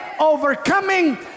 overcoming